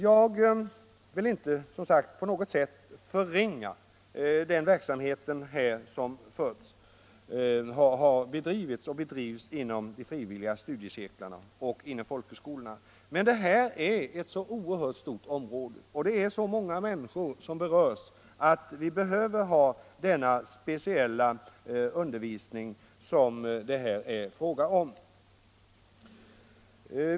Jag vill som sagt inte på något sätt förringa den verksamhet som bedrivs inom studieförbunden och på folkhögskolorna. Men detta är ett så oerhört stort område och det berör så många människor att vi behöver den speciella undervisning som det här är fråga om.